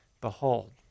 behold